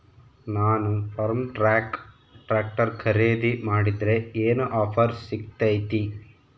ನಾನು Farmtrac tractor ಖರೇದಿ ಮಾಡಿದ್ರೆ ಏನು ಆಫರ್ ಸಿಗ್ತೈತಿ?